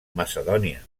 macedònia